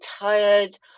tired